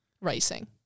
racing